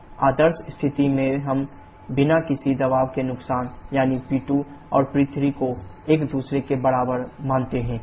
आदर्श स्थिति में हम बिना किसी दबाव के नुकसान यानी P2 और P3को एक दूसरे के बराबर मानते हैं